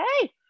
hey